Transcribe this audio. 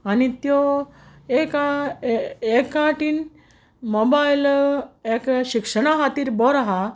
आनी त्यो एक ए एका आटेन मॉबायल एका शिक्षणा हातीर बोरो हा